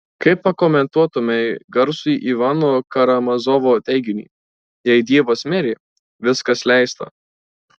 kaip pakomentuotumei garsųjį ivano karamazovo teiginį jei dievas mirė viskas leista